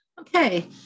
Okay